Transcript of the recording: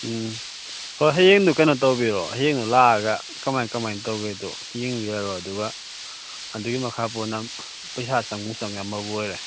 ꯎꯝ ꯍꯣꯏ ꯍꯌꯦꯡꯗꯨ ꯀꯩꯅꯣ ꯇꯧꯕꯤꯔꯣ ꯍꯌꯦꯡꯗꯨ ꯂꯥꯛꯑꯒ ꯀꯃꯥꯏ ꯀꯃꯥꯏꯅ ꯇꯧꯒꯦꯗꯨ ꯌꯦꯡꯕꯤꯔꯔꯣ ꯑꯗꯨꯒ ꯑꯗꯨꯒꯤ ꯃꯈꯥ ꯄꯣꯟꯅ ꯄꯩꯁꯥ ꯆꯪꯕꯅ ꯆꯪꯉꯦ ꯑꯃꯕꯨ ꯑꯣꯏꯔꯦ